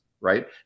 right